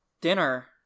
dinner